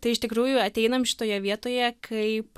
tai iš tikrųjų ateinam šitoje vietoje kaip